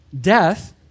Death